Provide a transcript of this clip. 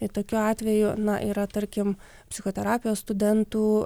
tai tokiu atveju na yra tarkim psichoterapijos studentų